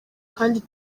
kandi